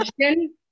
question